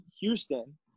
Houston